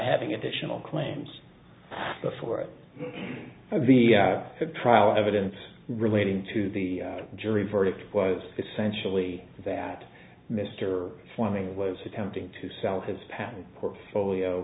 having additional claims before the trial evidence relating to the jury verdict was essentially that mr fleming was attempting to sell his patent portfolio